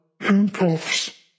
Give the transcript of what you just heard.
handcuffs